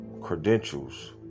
credentials